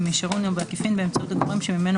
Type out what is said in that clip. במישרין או בעקיפין באמצעות הגורם שממנו